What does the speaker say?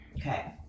Okay